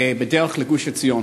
בדרך לגוש-עציון,